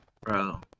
Bro